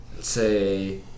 say